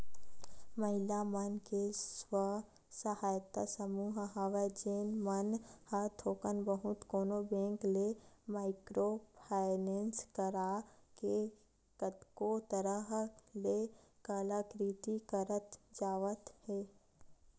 महिला मन के स्व सहायता समूह हवय जेन मन ह थोक बहुत कोनो बेंक ले माइक्रो फायनेंस करा के कतको तरह ले कलाकृति करत जावत हे